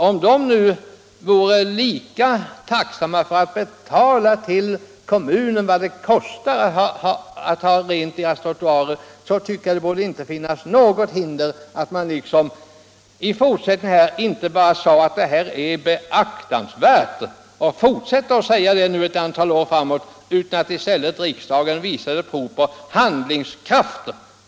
Om fastighetsägarna nu lika gärna skulle betala till kommunen vad det kostar att hålla rent på trottoarerna, borde det inte föreligga något hinder för att övergå från att bara säga att det gäller en beaktansvärd fråga till att visa prov på handlingskraft.